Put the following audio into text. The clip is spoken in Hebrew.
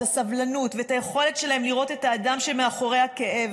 את הסבלנות ואת היכולת שלהם לראות את האדם שמאחורי הכאב.